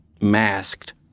masked